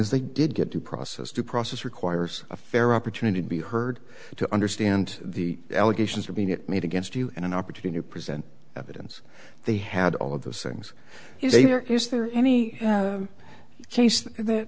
is they did get due process due process requires a fair opportunity to be heard to understand the allegations are being it made against you and an opportunity to present evidence they had all of those things you say there is there any case that